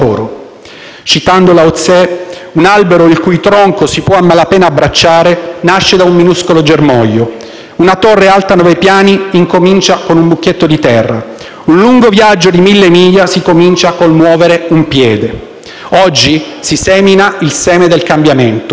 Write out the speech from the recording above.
Citando Lǎozǐ, «Un albero il cui tronco si può a malapena abbracciare nasce da un minuscolo germoglio. Una torre alta nove piani incomincia con un mucchietto di terra. Un lungo viaggio di mille miglia si comincia col muovere un piede». Oggi si semina il seme del cambiamento.